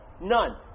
None